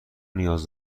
نیاز